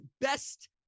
best